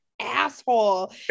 asshole